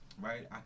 right